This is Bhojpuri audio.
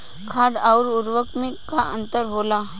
खाद्य आउर उर्वरक में का अंतर होला?